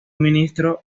ministro